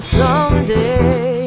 someday